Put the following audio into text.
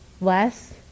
less